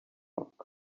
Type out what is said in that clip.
rock